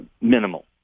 minimal